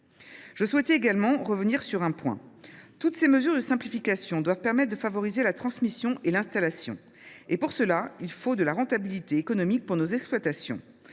Je souhaitais également revenir sur un point. Toutes ces mesures de simplification doivent permettre de favoriser la transmission et l’installation. Pour cela, il faut de la rentabilité économique pour nos exploitations,